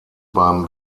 beim